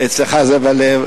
אצלך זה בלב.